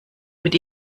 mit